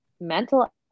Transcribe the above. mental